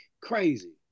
crazy